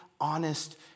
honest